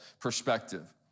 perspective